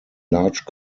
large